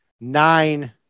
nine